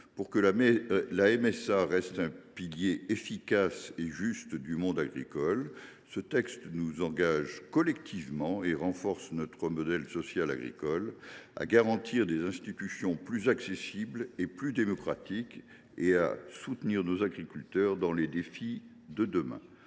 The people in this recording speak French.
pour que la MSA reste une institution efficace et juste, pilier du monde agricole. Ce texte nous engage collectivement à renforcer notre modèle social agricole, à garantir des institutions plus accessibles et plus démocratiques et à soutenir nos agriculteurs dans les défis de demain.